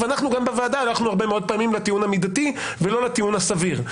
ואנחנו גם בוועדה הלכנו הרבה פעמים לטיעון המידתי ולא לטיעון הסביר.